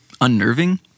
unnerving